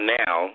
now